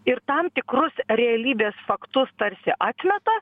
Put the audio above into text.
ir tam tikrus realybės faktus tarsi atmeta